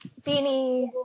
Beanie